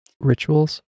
Rituals